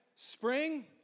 Spring